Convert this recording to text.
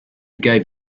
gave